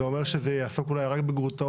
זה אומר שזה יעסוק אולי רק בגרוטאות.